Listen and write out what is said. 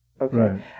Okay